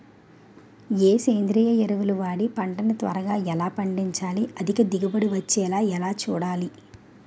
ఏ సేంద్రీయ ఎరువు వాడి పంట ని త్వరగా ఎలా పండించాలి? అధిక దిగుబడి వచ్చేలా ఎలా చూడాలి?